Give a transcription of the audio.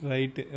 Right